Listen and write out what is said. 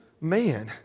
man